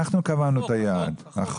החוק קובע את היעד.